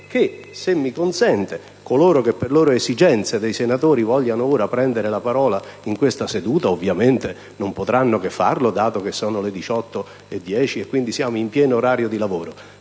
quella dei colleghi. Coloro che per loro esigenze vogliano prendere la parola in questa seduta ovviamente non potranno che farlo, dato che sono le ore 18,10 e quindi siamo in pieno orario di lavoro;